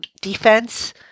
defense